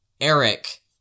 Eric